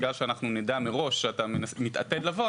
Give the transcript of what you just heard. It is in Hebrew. בגלל שאנחנו נדע מראש שאתה מתעתד לבוא,